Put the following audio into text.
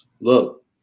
look